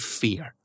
fear